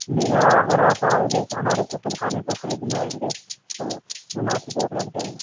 نہیں یہاں اگر آپ آؤگے تو ہمارے کتب خانے پر خریدنے آئیں گے تو مناسب ریٹ لگ جائے گا